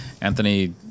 Anthony